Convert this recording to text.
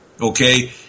okay